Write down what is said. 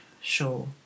sure